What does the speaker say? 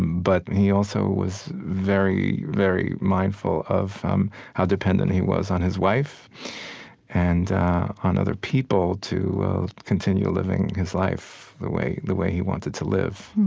but he also was very, very mindful of um how dependent he was on his wife and on other people to continue living his life the way the way he wanted to live.